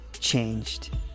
changed